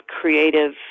creative